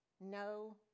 no